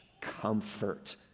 comfort